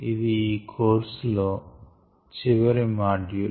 ఇది ఈ కోర్స్ లో చివరి మాడ్యూల్